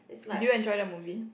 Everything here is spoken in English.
do you enjoy the movie